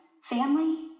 family